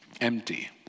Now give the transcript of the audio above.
empty